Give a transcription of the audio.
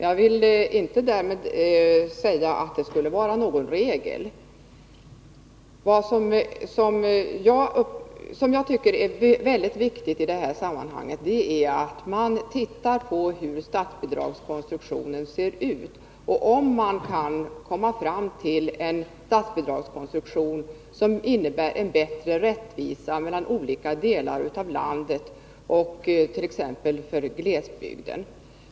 Jag vill därmed inte påstå att detta skulle vara regel. Mycket viktigt i det här sammanhanget är att man undersöker statsbidragskonstruktionen och ser efter om man kan komma fram till en statsbidragskonstruktion som innebär en bättre rättvisa mellan olika delar av landet, t.ex. för glesbygden.